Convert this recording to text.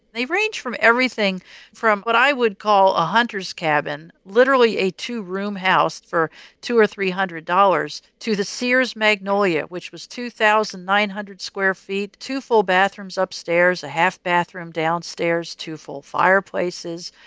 they range from everything from what i would call a hunter's cabin, literally, a two room house for two or three hundred dollars, to the sears magnolia which was two thousand nine hundred square feet, two full bathrooms upstairs, a half bathroom downstairs, two full fireplaces,